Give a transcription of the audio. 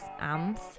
amps